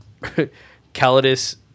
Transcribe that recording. Calidus